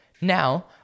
Now